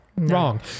Wrong